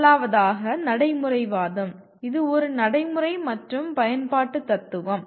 முதலாவதாக நடைமுறைவாதம் இது ஒரு நடைமுறை மற்றும் பயன்பாட்டு தத்துவம்